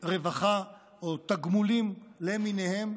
רווחה או תגמולים למיניהם,